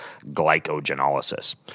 glycogenolysis